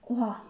!wah!